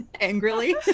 angrily